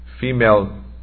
female